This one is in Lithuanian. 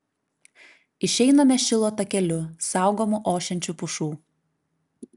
išeiname šilo takeliu saugomu ošiančių pušų